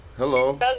Hello